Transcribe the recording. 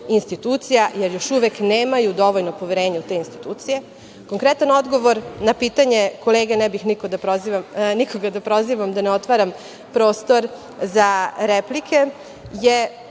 institucija jer još uvek nemaju dovoljno poverenja u te institucije. Konkretan odgovor na pitanje kolege, ne bih nikoga da prozivam da ne otvaram prosto za replike, je